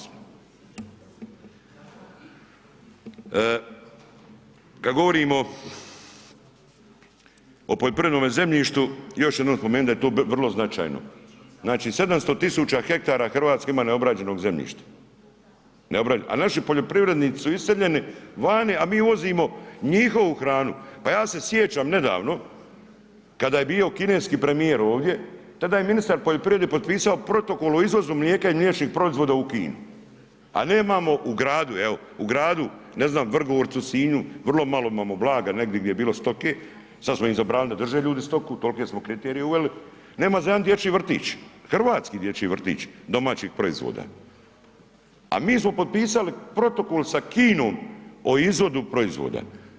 Kad govorimo o poljoprivrednome zemljištu, još jednom ću spomenut da je to vrlo značajno, znači 700 000 hektara RH ima neobrađenog zemljišta, neobrađenog, a naši poljoprivrednici su iseljeni vani, a mi uvozimo njihovu hranu, pa ja se sjećam nedavno kada je bio kineski premijer ovdje tada je ministar poljoprivrede potpisao protokol o izvozu mlijeka i mliječnih proizvoda u Kinu, a nemamo u gradu, evo u gradu ne znam Vrgorcu, Sinju, vrlo malo imamo blaga, negdi gdje je bilo stoke, sad smo im zabranili da drže ljudi stoku, tolke smo kriterije uveli, nema za jedan dječji vrtić, hrvatski dječji vrtić, domaćih proizvoda, a mi smo potpisali protokol sa Kinom o izvozu proizvoda.